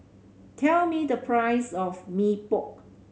tell me the price of Mee Pok